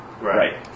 Right